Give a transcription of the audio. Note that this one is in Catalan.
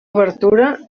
obertura